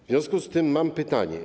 W związku z tym mam pytanie.